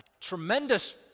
tremendous